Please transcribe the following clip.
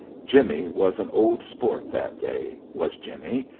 jimmy was an old sport that day, was jimmy,